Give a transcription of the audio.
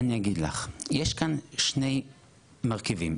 יש כאן שני מרכיבים.